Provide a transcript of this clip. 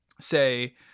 say